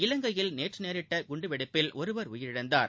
இலங்கையில் நேற்று நேரிட்ட குண்டுவெடிப்பில் ஒருவர் உயிரிழந்தார்